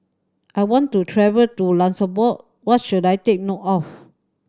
I want to travel to Luxembourg what should I take note of